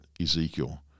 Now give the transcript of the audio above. Ezekiel